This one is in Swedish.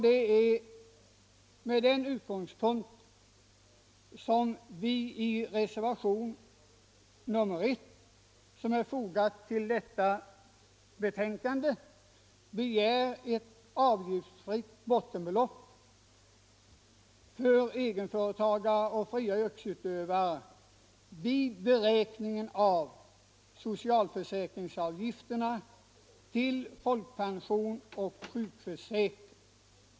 Det är med den utgångspunkten som vi i reservationen 1 till socialförsäkringsutskottets betänkande begär ett avgiftsfritt bottenbelopp för egenföretagare och fria yrkesutövare vid beräkningen av socialförsäkringsavgifterna till folkpension och sjukförsäkring.